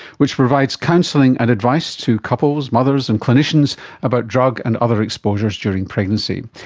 which provides counselling and advice to couples, mothers and clinicians about drug and other exposures during pregnancy.